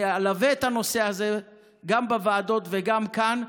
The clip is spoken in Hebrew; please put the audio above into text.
אני אלווה את הנושא הזה גם בוועדות וגם כאן,